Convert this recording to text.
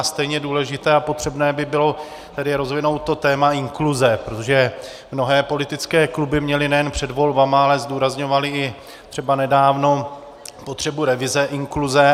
A stejně důležité a potřebné by tedy bylo rozvinout téma inkluze, protože mnohé politické kluby měly nejen před volbami, ale zdůrazňovaly to třeba i nedávno, potřebu revize inkluze.